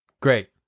Great